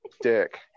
dick